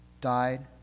died